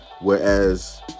whereas